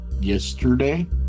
yesterday